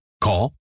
Call